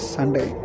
Sunday